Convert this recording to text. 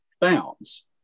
bounds